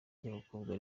ry’abakobwa